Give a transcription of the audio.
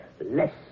less